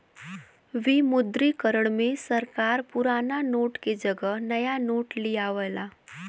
विमुद्रीकरण में सरकार पुराना नोट के जगह नया नोट लियावला